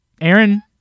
Aaron